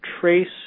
trace